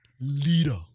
leader